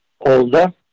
older